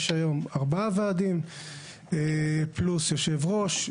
יש היום ארבעה ועדים פלוס יושב-ראש.